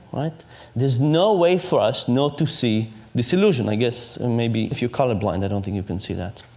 there is no way for us not to see this illusion. i guess and maybe if you're colorblind, i don't think you can see that.